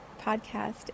podcast